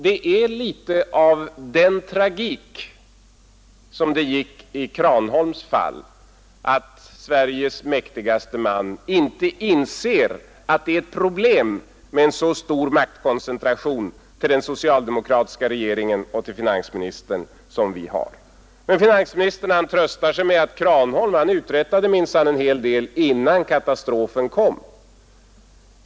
Det är litet av den tragik som fanns i Kranholms fall, att Sveriges mäktigaste man inte inser att det är ett problem med en så stor maktkoncentration till den socialdemokratiska regeringen och till finansministern som vi har. Men finansministern tröstar sig med att Kranholm minsann uträttade en hel del, innan katastrofen kom.